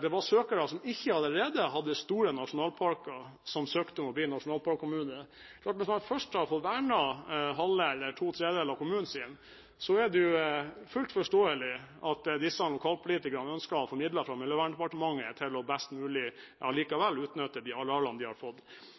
det var søkere som ikke allerede hadde store nasjonalparker, som søkte om å bli nasjonalparkkommune. Når man først har fått vernet halve eller to tredeler av kommunen sin, er det fullt forståelig at disse lokalpolitikerne ønsker å få midler fra Miljøverndepartementet til best mulig allikevel å utnytte de arealene de har fått.